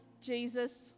Jesus